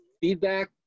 feedback